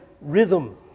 rhythm